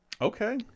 Okay